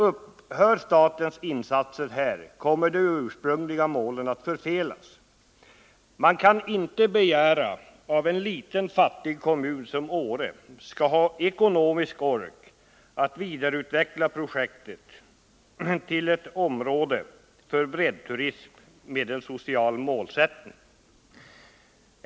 Upphör statens insatser här, kommer de ursprungliga syftena att förfelas. Man kan inte begära att en liten, fattig kommun som Åre skall ha ekonomisk ork att vidareutveckla projektet till ett område för breddturism med en social målsättning.